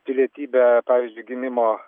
pilietybę pavyzdžiui gimimo